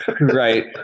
right